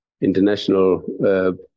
international